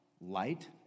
Light